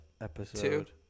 episode